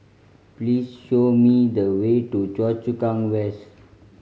please show me the way to Choa Chu Kang West